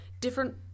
different